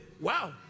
Wow